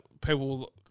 people